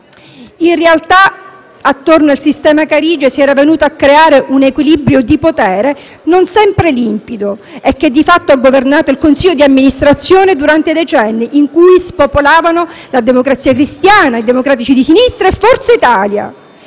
In realtà, attorno al sistema Carige si era venuto a creare un equilibrio di potere non sempre limpido e che di fatto ha governato il consiglio di amministrazione durante decenni in cui spopolavano la Democrazia Cristiana, i Democratici di sinistra e Forza Italia.